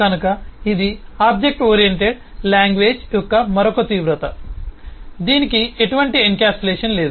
కనుక ఇది object oriented language యొక్క మరొక తీవ్రత దీనికి ఎటువంటి ఎన్కప్సులేషన్ లేదు